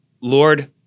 Lord